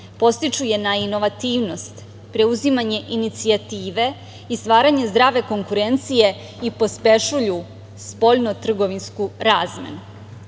podstiču je na inovativnost, preuzimanje inicijative i stvaranje zdrave konkurencije i pospešuju spoljno-trgovinsku razmenu. Kada